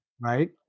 Right